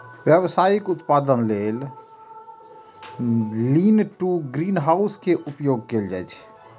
व्यावसायिक उत्पादन लेल लीन टु ग्रीनहाउस के उपयोग कैल जाइ छै